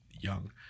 Young